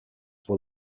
were